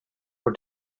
for